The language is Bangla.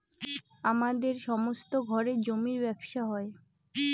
আমাদের সমস্ত ঘরে জমির ব্যবসা হয়